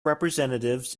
representatives